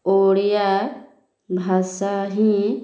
ଓଡ଼ିଆ ଭାଷା ହିଁ